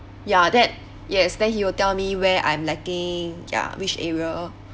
ya that yes then he will tell me where I am lacking ya which area